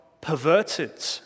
perverted